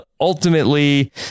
Ultimately